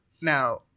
Now